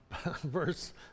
verse